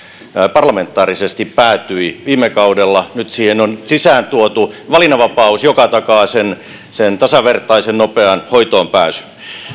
parlamentaarisesti päätyi viime kaudella nyt siihen on sisään tuotu valinnanvapaus joka takaa sen sen tasavertaisen nopean hoitoonpääsyn